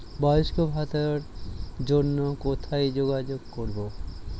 বয়স্ক ভাতার জন্য কোথায় যোগাযোগ করব?